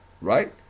right